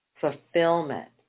fulfillment